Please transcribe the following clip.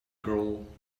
girl